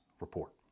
report